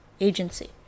Agency